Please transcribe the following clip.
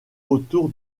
autour